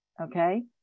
Okay